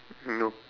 nope